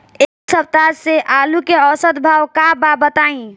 एक सप्ताह से आलू के औसत भाव का बा बताई?